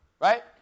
right